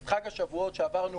את חג השבועות, שעברנו